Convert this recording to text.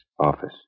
office